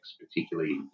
particularly